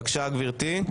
בבקשה גברתי,